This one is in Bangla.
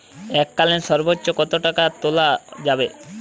এককালীন সর্বোচ্চ কত টাকা তোলা যাবে?